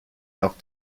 auch